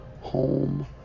home